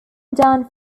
down